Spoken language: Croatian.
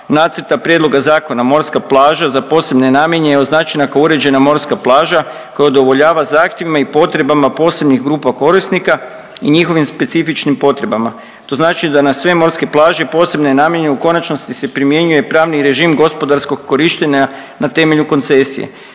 nacrta prijedloga zakona morska plaža za posebne namjene je označena kao uređena morska plaža koja udovoljava zahtjevima i potrebama posebnih grupa korisnika i njihovim specifičnim potrebama. To znači na sve morske plaže posebne namjene u konačnosti se primjenjuje pravni režim gospodarskog korištenja na temelju koncesije.